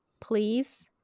Please